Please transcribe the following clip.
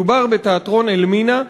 מדובר בתיאטרון "אלמינא",